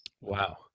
Wow